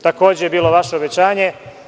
Takođe je to bilo vaše obećanje.